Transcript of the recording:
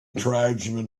tribesman